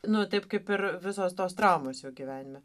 nu taip kaip ir visos tos traumos jų gyvenime